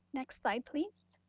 next slide, please.